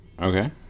Okay